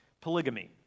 Polygamy